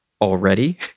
already